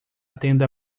tenda